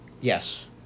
Yes